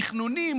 תכנונים,